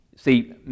See